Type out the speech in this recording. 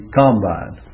combine